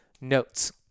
notes